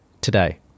today